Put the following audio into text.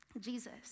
Jesus